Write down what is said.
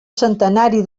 centenari